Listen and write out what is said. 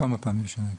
כמה פעמים בשנה.